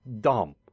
dumb